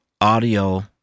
audio